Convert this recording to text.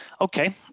okay